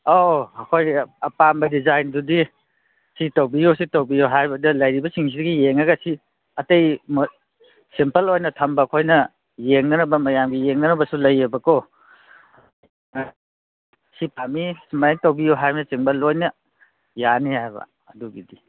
ꯑꯥꯎ ꯑꯩꯈꯣꯏꯒꯤ ꯑꯄꯥꯝꯕ ꯗꯤꯖꯥꯏꯟꯗꯨꯗꯤ ꯁꯤ ꯇꯧꯕꯤꯌꯨ ꯁꯤ ꯇꯧꯕꯤꯌꯨ ꯍꯥꯏꯕꯗꯨ ꯂꯩꯔꯤꯕꯁꯤꯡꯁꯤꯒꯤ ꯌꯦꯡꯑꯒ ꯁꯤ ꯑꯇꯩ ꯁꯦꯝꯄꯜ ꯑꯣꯏꯅ ꯊꯝꯕ ꯑꯩꯈꯣꯏꯅ ꯌꯦꯡꯅꯅꯕ ꯃꯌꯥꯝꯒꯤ ꯌꯦꯡꯅꯅꯕꯁꯨ ꯂꯩꯌꯦꯕꯀꯣ ꯁꯤ ꯄꯥꯝꯃꯤ ꯁꯨꯃꯥꯏ ꯇꯧꯕꯤꯌꯨ ꯍꯥꯏꯕꯅ ꯆꯤꯡꯕ ꯂꯣꯏꯅ ꯌꯥꯅꯤ ꯍꯥꯏꯕ ꯑꯗꯨꯒꯤꯗꯤ